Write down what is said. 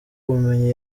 ubumenyi